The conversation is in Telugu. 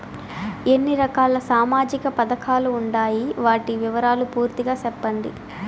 ఎన్ని రకాల సామాజిక పథకాలు ఉండాయి? వాటి వివరాలు పూర్తిగా సెప్పండి?